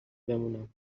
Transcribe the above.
بمونم